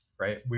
right